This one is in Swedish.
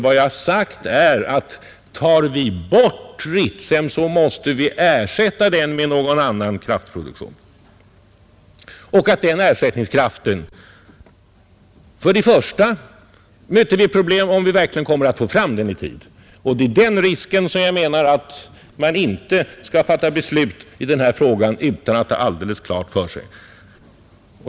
Vad jag har sagt är att tar vi bort Ritsem, så måste vi ersätta den med någon annan kraftproduktion. Då möter vi problemet om vi verkligen kommer att få fram den ersättningskraften i tid. Jag menar att man inte skall fatta beslut i den här frågan utan att ha den risken alldeles klar för sig.